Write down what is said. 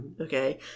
okay